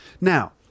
Now